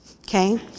okay